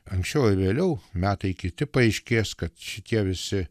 anksčiau ar vėliau metai kiti paaiškės kad šitie visi